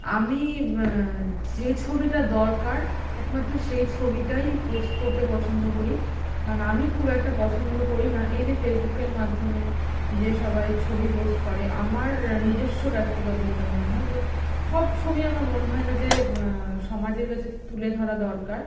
আমি যে ছবিটা দরকার একমাত্র সেই ছবিটাই পোস্ট করতে পছন্দ করি কারণ আমি খুব একটা পছন্দ করি না এই যে ফেসবুকের মাধ্যমে যে সবাই ছবি পোস্ট করে আমার নিজস্ব ব্যক্তিগত যেটা মনে হয় যে সব ছবি আমার মনে হয় না যে সমাজের কাছে তুলে ধরা দরকার